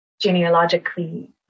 genealogically